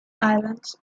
islands